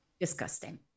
Disgusting